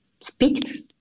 speaks